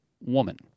Woman